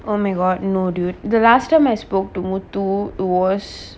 oh my god no dude the last time I spoke to muthu was